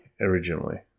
originally